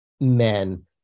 men